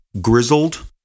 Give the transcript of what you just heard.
grizzled